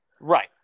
Right